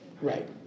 Right